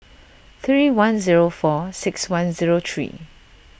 three one zero four six one zero three